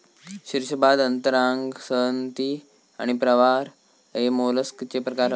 शीर्शपाद अंतरांग संहति आणि प्रावार हे मोलस्कचे प्रकार हत